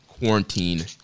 quarantine